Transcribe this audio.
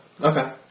Okay